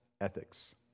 ethics